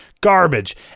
Garbage